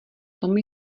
tom